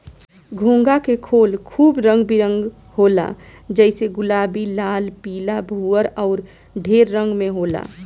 घोंघा के खोल खूब रंग बिरंग होला जइसे गुलाबी, लाल, पीला, भूअर अउर ढेर रंग में होला